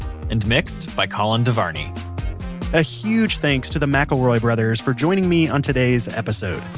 and mixed by colin devarney a huge thanks to the mcelroy brothers for joining me on today's episode.